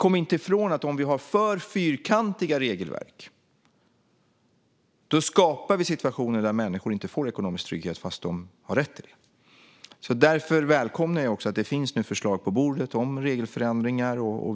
Om vi har för fyrkantiga regelverk skapar vi situationer där människor inte får ekonomisk trygghet fast de har rätt till det. Därför välkomnar jag att det nu finns förslag på bordet om regelförändringar.